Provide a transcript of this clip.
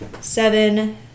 Seven